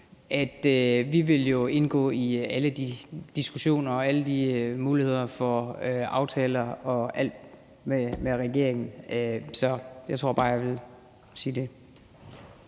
at vi jo vil indgå i alle de diskussioner og kigge på alle de muligheder for aftalermed regeringen, vi kan. Så jeg tror bare, jeg vil sige det.